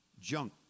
junk